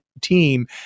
team